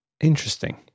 Interesting